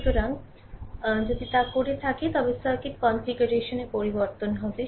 সুতরাং যদি তা করে থাকে তবে সার্কিট কনফিগারেশন পরিবর্তন হবে